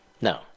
No